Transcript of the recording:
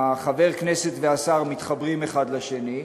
חבר הכנסת והשר מתחברים אחד לשני.